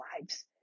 lives